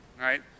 right